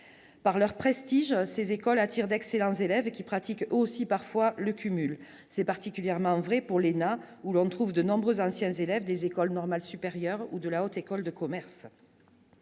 par leur prestige ces écoles attire d'excellents élèves qui pratiquent aussi parfois le cumul, c'est particulièrement vrai pour l'ENA où l'on trouve de nombreux anciens élèves des écoles normales supérieures ou de la Haute école de commerce.